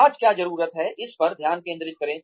आज क्या जरूरत है इस पर ध्यान केंद्रित करें